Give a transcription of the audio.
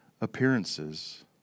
appearances